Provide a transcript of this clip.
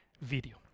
video